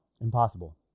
impossible